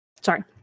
Sorry